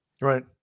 Right